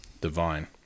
Divine